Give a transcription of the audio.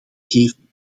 geven